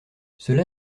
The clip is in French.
cela